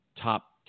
top